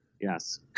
Yes